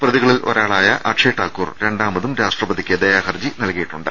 പ്രതിക ളിൽ ഒരാളായ അക്ഷയ് ഠാക്കൂർ രണ്ടാമതും രാഷ്ട്രപതിക്ക് ദയാഹർജി നൽകിയിട്ടുണ്ട്